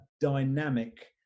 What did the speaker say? dynamic